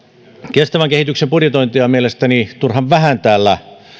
kestävän kehityksen budjetointia on mielestäni turhan vähän täällä